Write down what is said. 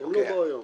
--- הוא לא בא היום.